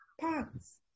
parts